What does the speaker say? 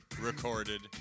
recorded